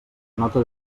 nota